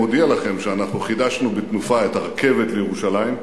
אני מודיע לכם שאנחנו חידשנו בתנופה את הרכבת לירושלים.